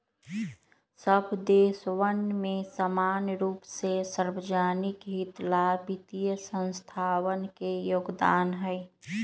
सब देशवन में समान रूप से सार्वज्निक हित ला वित्तीय संस्थावन के योगदान हई